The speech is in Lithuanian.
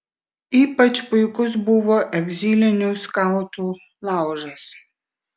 ypač puikus buvo egzilinių skautų laužas